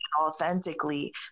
authentically